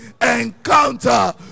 encounter